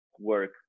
work